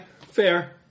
fair